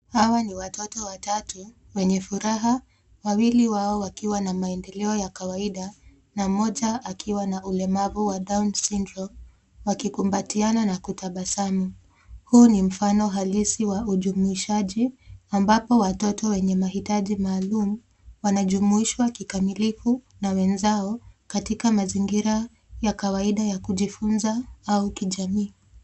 Hawa ni watoto watatu wenye furaha, wawili wao wakiwa na maendeleo ya kawaida na mmoja akiwa na ulemavu wa [down syndrome] wakikumbatiana na kutabasamu. Huu ni mfano halisi wa ujumuishaji ambapo watoto wenye mahitaji maalum wanajumuishwa kikamilifu na wenzao katika mazingira ya kawaida ya kujifunza au kijamii.